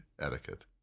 etiquette